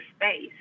space